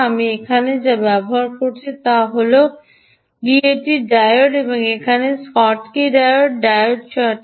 এবং আমি এখানে যা ব্যবহার করেছি তা হল BAT 5৪ ডায়োড এগুলি হল স্কটকি ডায়োডস শোটকি বাধা ডায়োড